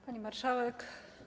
Pani Marszałek!